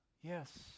yes